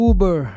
Uber